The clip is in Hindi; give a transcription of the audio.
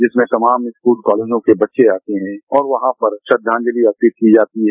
जिसमें तमाम स्कूल कॉलेजों के बच्चे आते है और वहां पर श्रद्वाजलि अर्पित की जाती है